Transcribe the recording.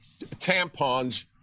tampons